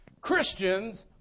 Christians